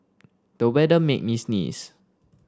the weather made me sneeze